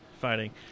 fighting